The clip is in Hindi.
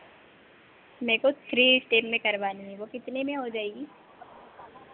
मेरे को थ्री स्टेप में करवानी है वो कितने में हो जाएगी